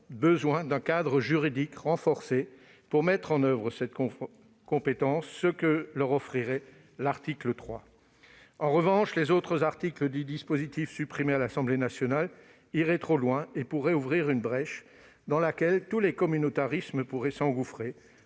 besoin d'un cadre juridique renforcé pour mettre en oeuvre cette compétence, ce que leur offrirait l'article 3. En revanche, les autres articles du dispositif supprimé à l'Assemblée nationale iraient trop loin et pourraient ouvrir une brèche dans laquelle tous les communautarismes pourraient s'engouffrer.